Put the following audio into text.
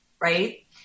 Right